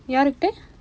யார்கிட்ட:yaarkitda